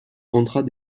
contrat